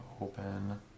open